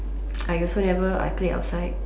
I also never I play outside